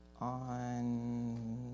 on